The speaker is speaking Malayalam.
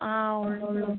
ആ ഉളളൂ ഉള്ളൂ